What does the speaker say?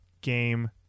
game